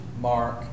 Mark